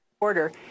...order